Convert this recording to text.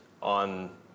on